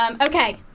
okay